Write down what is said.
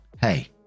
hey